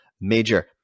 major